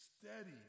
steady